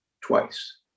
twice